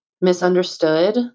misunderstood